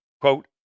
quote